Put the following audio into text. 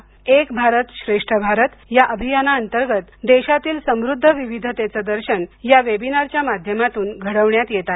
एक भारत श्रेष्ठ भारत या अभियानाअंतर्गत देशातील समृध्द विविधतेचं दर्शन या वेबिनारच्या माध्यमातून घडवण्यात येत आहे